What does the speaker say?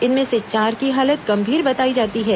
इनमें से चार की हालत गंभीर बताई जाती है